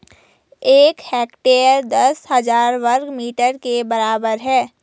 एक हेक्टेयर दस हजार वर्ग मीटर के बराबर है